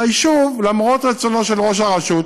היישוב, למרות רצונו של ראש הרשות,